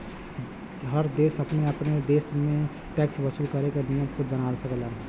हर देश अपने अपने देश में टैक्स वसूल करे क नियम खुद बना सकेलन